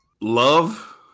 Love